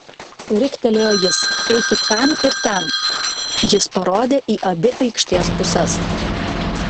riktelėjo jis eikit ten ir ten jis parodė į abi aikštės puses